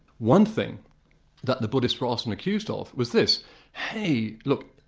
one thing that the buddhists were often accused of was this hey look,